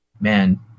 man